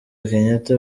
kenyatta